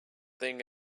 thing